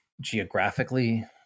geographically